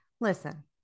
listen